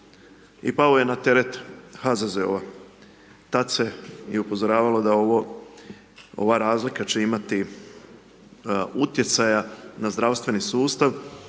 i pao je na teret HZZO-a, tad se i upozoravalo da ova razlika će imati utjecaja na zdravstveni sustav